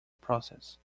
process